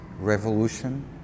Revolution